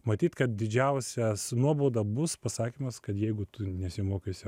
matyt kad didžiausias nuobauda bus pasakymas kad jeigu tu nesimokysi